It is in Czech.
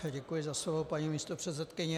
Děkuji za slovo, paní místopředsedkyně.